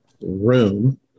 room